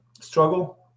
struggle